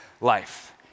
life